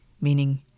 meaning